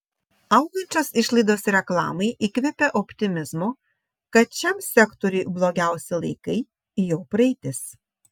augančios išlaidos reklamai įkvepia optimizmo kad šiam sektoriui blogiausi laikai jau praeitis